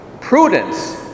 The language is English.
prudence